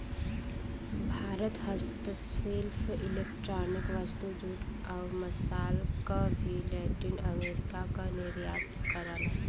भारत हस्तशिल्प इलेक्ट्रॉनिक वस्तु, जूट, आउर मसाल क भी लैटिन अमेरिका क निर्यात करला